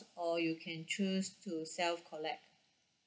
or you can choose to self collect